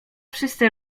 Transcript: wszyscy